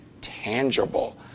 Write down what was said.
tangible